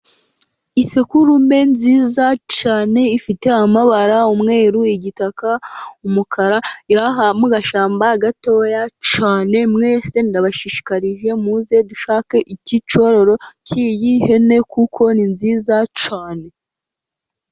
Isekurume nziza cyane ifite amabara umweru, igitaka, umukara, iri aha mu gashyamba gatoya cyane, mwese ndabashishikarije, muze dushake iki cyororo cy'iyi hene, kuko ni nziza cyane.